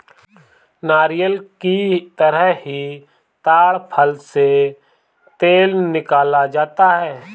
नारियल की तरह ही ताङ फल से तेल निकाला जाता है